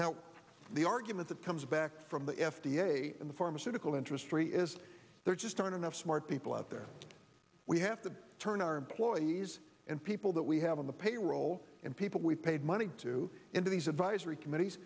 now the argument that comes back from the f d a and the pharmaceutical interest three is there just aren't enough smart people out there we have to turn our employees and people that we have on the payroll in people we paid money to into these advisory committee